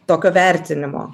tokio vertinimo